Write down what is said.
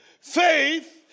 Faith